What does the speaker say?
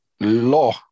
law